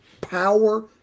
power